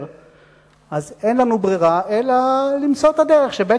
אין לנו ברירה אלא למצוא את הדרך שבה